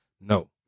No